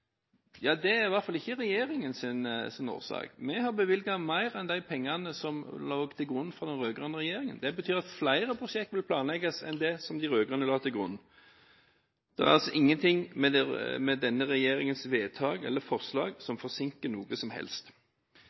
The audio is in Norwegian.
Det er i hvert fall ikke regjeringens skyld. Vi har bevilget mer enn det som lå til grunn fra den rød-grønne regjeringen. Det betyr at flere prosjekter enn det som de rød-grønne la til grunn, vil bli planlagt. Det er ingenting ved denne regjeringens vedtak eller forslag som forsinker noe som helst.